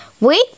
Wait